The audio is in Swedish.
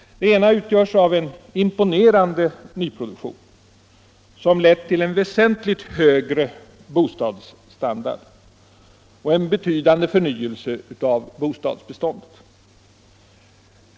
Det ena utgörs av en imponerande nyproduktion, som har lett till en väsentligt högre bostadsstandard och till en betydande förnyelse av bostadsbeståndet.